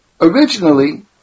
originally